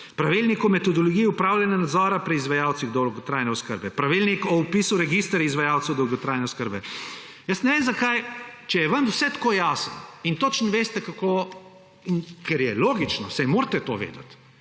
pravilnik o metodologiji opravljanja nadzora pri izvajalcih dolgotrajne oskrbe, pravilnik o vpisu v register izvajalcev dolgotrajne oskrbe. Če je vam vse tako jasno in točno veste, kako – in ker je logično, saj morate to vedeti,